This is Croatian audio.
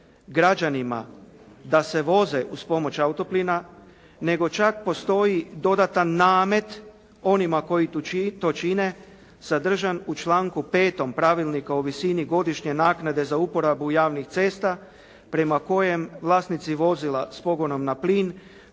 građanima da se voze uz pomoć autoplina nego čak postoji dodatan namet onima koji to čine sadržan u članku 5. Pravilnika o visini godišnje naknade za uporabu javnih cesta prema kojem vlasnici vozila s pogonom na plin